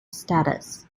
status